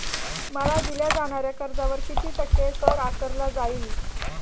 मला दिल्या जाणाऱ्या कर्जावर किती टक्के कर आकारला जाईल?